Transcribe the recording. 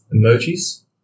Emojis